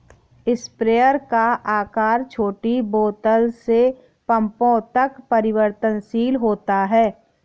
sprayer का आकार छोटी बोतल से पंपों तक परिवर्तनशील होता है